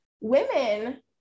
women